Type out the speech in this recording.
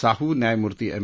साहू न्यायमूर्ती एम